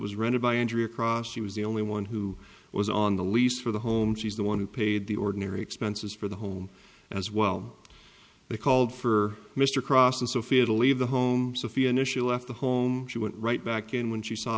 was rented by injury across she was the only one who was on the lease for the home she's the one who paid the ordinary expenses for the home as well they called for mr cross and sophia to leave the home sophia initial left the home she went right back in when she saw